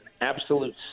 absolute